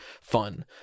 fun